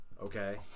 Okay